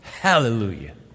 Hallelujah